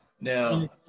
Now